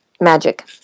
magic